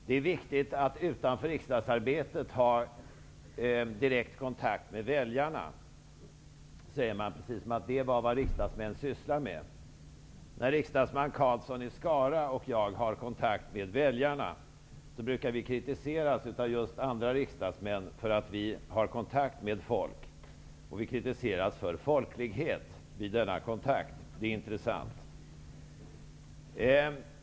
Det är viktigt att utanför riksdagsarbetet ha direkt kontakt med väljarna, sägs det, precis som om det är vad riksdagsmän sysslar med. När riksdagsman Karlsson i Skara och jag har kontakt med väljarna, brukar vi kritiseras av just andra riksdagsmän för att vi har kontakt med folk. Vi kritiseras för folklighet vid denna kontakt. Det är intressant.